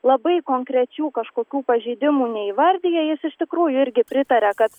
labai konkrečių kažkokių pažeidimų neįvardija jis iš tikrųjų irgi pritaria kad